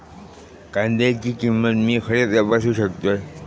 कांद्याची किंमत मी खडे तपासू शकतय?